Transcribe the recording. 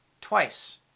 twice